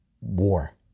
war